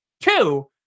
Two